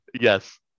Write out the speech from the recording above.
Yes